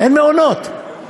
אין מעונות.